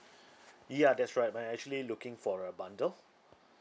ya that's right m~ I actually looking for a bundle